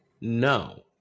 No